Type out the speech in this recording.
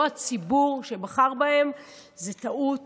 ולא הציבור שבחר בהם זאת טעות